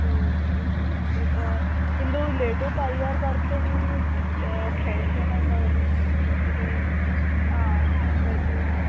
ओ ओ हो ओ किन्तु लेडु तयार् कर्तुं क्लेशः भवति किञ्चित् आं लड्डु